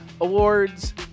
Awards